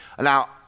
Now